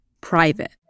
Private